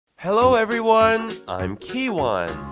hello everyone! i'm kiwan!